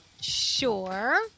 Sure